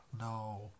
no